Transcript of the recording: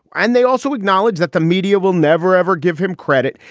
and they also acknowledge that the media will never, ever give him credit.